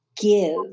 give